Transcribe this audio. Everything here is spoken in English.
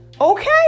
Okay